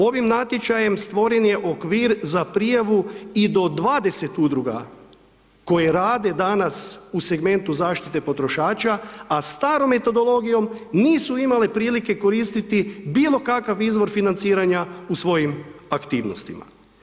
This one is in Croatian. Ovim natječajem stvoren je okvir za prijavu i do 20 udruga koje rade danas u segmentu zaštite potrošača, a starom metodologijom nisu imale prilike koristiti bilo kakav izvor financiranja u svojim aktivnostima.